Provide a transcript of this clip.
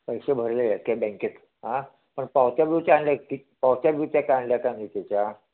पैसे भरले आहेत काय बँकेत हां पण पावत्या बिवत्या आणल्या की पावत्या बिवत्या काय आणल्या का नाही त्याच्या